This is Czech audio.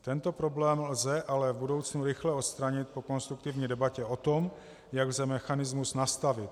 Tento problém lze ale v budoucnu rychle odstranit po konstruktivní debatě o tom, jak lze mechanismus nastavit.